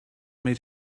made